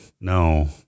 no